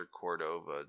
Cordova